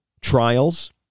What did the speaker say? trials